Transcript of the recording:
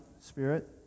spirit